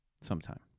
sometime